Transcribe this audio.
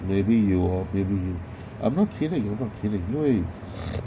maybe 有啊 maybe I'm not kidding I'm not kidding 因为